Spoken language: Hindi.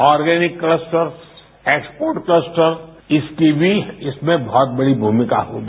ऑर्गेनिक कलस्टर्स एक्सपोर्ट कलस्टर्स इसकी भी इसमें बहुत बड़ी भूमिका होगी